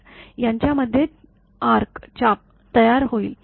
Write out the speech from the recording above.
यांच्यामध्ये चाप तयारहोईल